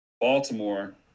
Baltimore